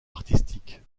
artistique